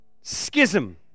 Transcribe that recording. schism